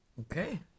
Okay